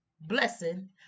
blessing